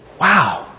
wow